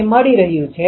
તેથી પેટર્ન બદલાશે